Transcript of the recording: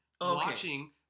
Watching